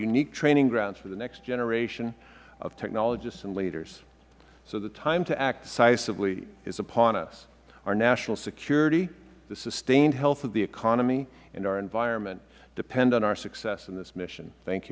unique training grounds for the next generation of technologists and leaders so the time to act decisively is upon us our national security the sustained health of the economy and our environment depend on our success in this mission thank